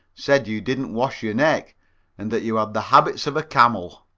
said you didn't wash your neck and that you had the habits of a camel.